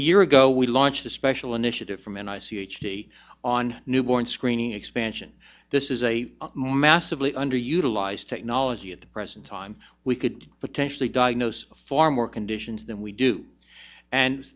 the year ago we launched a special initiative from nic h d on newborn screening expansion this is a more massively underutilized technology at the present time we could potentially diagnose far more conditions than we do and